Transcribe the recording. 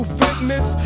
fitness